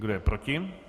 Kdo je proti?